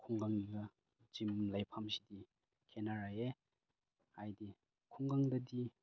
ꯈꯨꯡꯒꯪꯗ ꯖꯤꯝ ꯂꯩꯐꯝꯁꯤꯗꯤ ꯈꯦꯠꯅꯔꯛꯑꯦ ꯍꯥꯏꯗꯤ ꯈꯨꯡꯒꯪꯗꯗꯤ